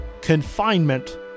confinement